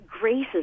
graces